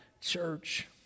church